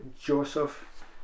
Joseph